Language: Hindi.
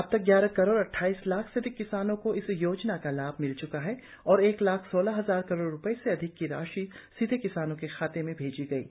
अब तक ग्यारह करोड़ अट्राईस लाख से अधिक किसानों को इस योजना का लाभ मिल चुका है और एक लाख सोलह हजार करोड़ रुपये से अधिक की राशि सीधे किसानों के खाते में भेजी गई है